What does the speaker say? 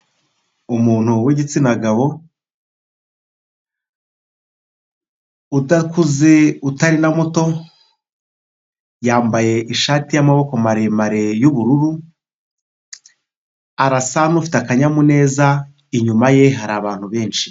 Umuntu w'igitsina gabo, udakuze utari na muto, yambaye ishati y'amaboko maremare y'ubururu, arasa n'ufite akanyamuneza, inyuma ye hari abantu benshi.